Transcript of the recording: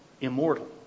immortal